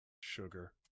sugar